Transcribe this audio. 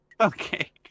Okay